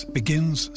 begins